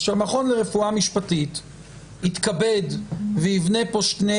אז שהמכון לרפואה משפטית יתכבד ויבנה פה שני